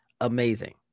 amazing